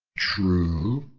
true,